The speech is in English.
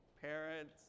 parents